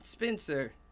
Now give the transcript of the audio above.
Spencer